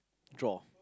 draw